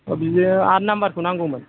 औ बेयो आठ नाम्बारखौ नांगौमोन